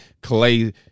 Clay